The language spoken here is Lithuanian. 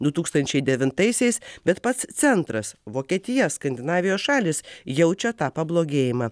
du tūkstančiai devintaisiais bet pats centras vokietija skandinavijos šalys jaučia tą pablogėjimą